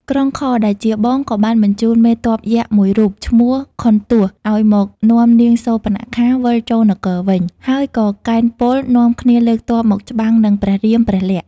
ក្រុងខរ ដែលជាបង ក៏បានបញ្ជូនមេទ័ពយក្សមួយរូប ឈ្មោះ ខុនទសណ៍ ឱ្យមកនាំនាងសូរបនខា វិលចូលនគរវិញ ហើយក៏កេណ្ឌពលនាំគ្នាលើកទ័ពមកច្បាំងនឹង ព្រះរាមព្រះលក្សណ៍ ។